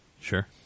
Sure